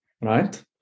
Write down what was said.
right